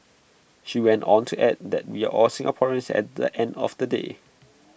she went on to add that we are all Singaporeans at the end of the day